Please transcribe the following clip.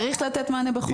צריך לתת מענה בכל מקרה.